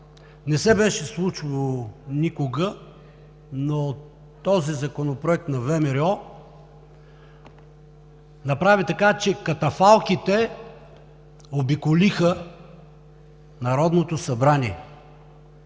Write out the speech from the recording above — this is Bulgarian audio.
Не се беше случвало никога, но този законопроект на ВМРО направи така, че катафалките обиколиха Народното събрание